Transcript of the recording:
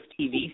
TV